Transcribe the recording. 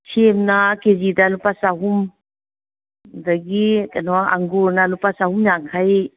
ꯁꯦꯝꯅ ꯀꯦꯖꯤꯗ ꯂꯨꯄꯥ ꯆꯍꯨꯝ ꯑꯗꯒꯤ ꯀꯩꯅꯣ ꯑꯪꯒꯨꯔꯅ ꯂꯨꯄꯥ ꯆꯍꯨꯝ ꯌꯥꯡꯈꯩ